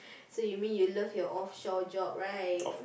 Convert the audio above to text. so you mean you love your off shore job right